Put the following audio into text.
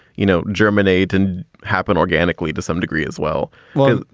you know, germinate and happen organically to some degree as well well,